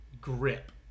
grip